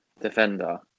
defender